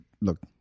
look